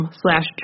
slash